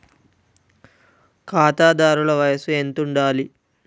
ఖాతాదారుల వయసు ఎంతుండాలి?